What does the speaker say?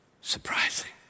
surprising